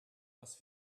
was